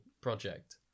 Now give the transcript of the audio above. project